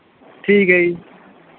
ਠੀਕ ਹੈ ਜੀ